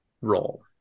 role